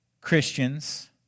Christians